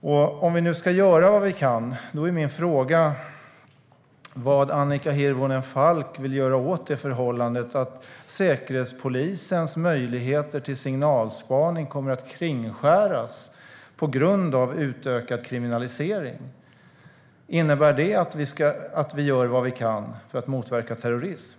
Om vi nu ska göra vad vi kan är min fråga vad Annika Hirvonen Falk vill göra åt förhållandet att Säkerhetspolisens möjligheter till signalspaning kommer att kringskäras på grund av utökad kriminalisering. Innebär det att vi gör vad vi kan för att motverka terrorism?